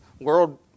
world